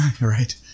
Right